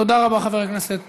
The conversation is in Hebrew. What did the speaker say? תודה רבה, חבר הכנסת